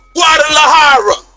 Guadalajara